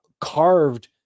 carved